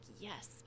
yes